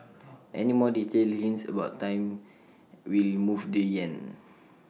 any more detailed hints about timing will move the Yen